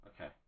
Okay